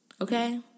Okay